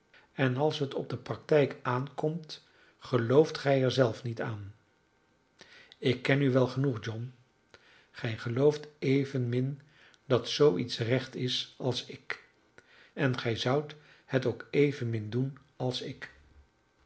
en als het op de practijk aankomt gelooft gij er zelf niet aan ik ken u wel genoeg john gij gelooft evenmin dat zoo iets recht is als ik en gij zoudt het ook evenmin doen als ik